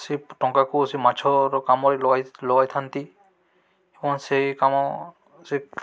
ସେ ଟଙ୍କାକୁ ସେ ମାଛର କାମରେ ଲଗାଇଥାନ୍ତି ଏବଂ ସେଇ କାମ ସେ